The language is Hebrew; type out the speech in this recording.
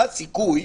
מה הסיכוי,